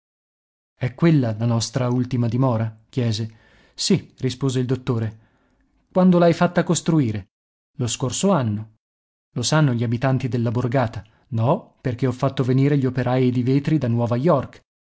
è quella la nostra ultima dimora chiese sì rispose il dottore quando l'hai fatta costruire lo scorso anno lo sanno gli abitanti della borgata no perché ho fatto venire gli operai ed i vetri da nuova york